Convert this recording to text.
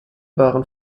waren